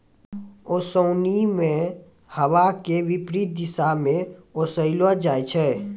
ओसोनि मे हवा के विपरीत दिशा म ओसैलो जाय छै